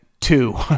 two